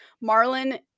Marlin